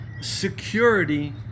security